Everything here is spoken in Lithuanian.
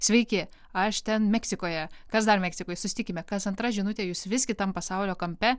sveiki aš ten meksikoje kas dar meksikoj susitikime kas antra žinutė jus vis kitam pasaulio kampe